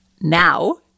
now